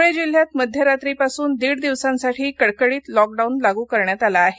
ध्ळे जिल्ह्यात मध्यरात्रीपासून दीड दिवसांसाठी कडकडीत लॉकडाऊन लागू करण्यात आला आहे